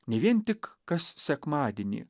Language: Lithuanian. ne vien tik kas sekmadienį